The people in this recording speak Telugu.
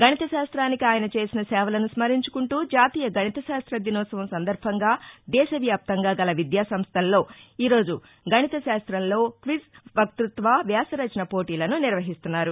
గణిత శాస్తానికి ఆయన చేసిన సేవలను స్మరించుకుంటూ జాతీయ గణిత శాస్త్ర దినోత్సవం సందర్భంగా దేశ వ్యాప్తంగా గల విద్యా సంస్టల్లో ఈరోజు గణిత శాస్త్రంలో క్విజ్ వక్తుత్వ వ్యాస రచన పోటీలను నిర్వహిస్తున్నారు